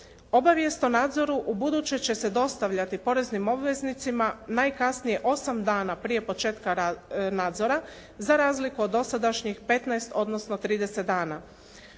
Obavijest o nadzoru ubuduće će se dostavljati poreznim obveznicima najkasnije 8 dana prije početka nadzora za razliku od dosadašnjih 15 odnosno 30 dana.